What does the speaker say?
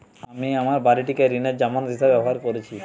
আমি আমার বাড়িটিকে ঋণের জামানত হিসাবে ব্যবহার করেছি